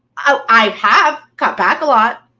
i have cut back a lot,